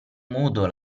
modo